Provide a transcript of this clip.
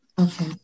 Okay